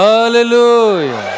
Hallelujah